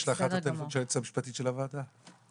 בסדר גמור.